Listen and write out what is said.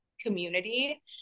community